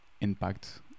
impact